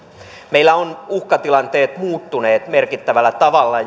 meillä ovat uhkatilanteet muuttuneet merkittävällä tavalla